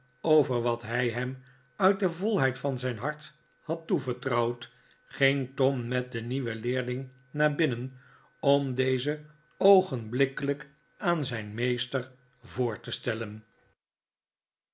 over wat hij hem uit de volheid van zijn hart had toevertrouwd ging tom met den nieuwen leerling naar binnen om dezen oogenblikkelijk aan zijn meester voor te stellen